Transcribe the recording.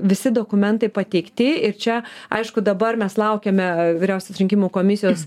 visi dokumentai pateikti ir čia aišku dabar mes laukiame vyriausiosios rinkimų komisijos